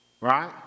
right